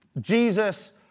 Jesus